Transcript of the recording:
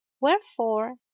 Wherefore